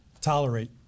tolerate